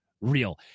real